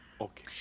Okay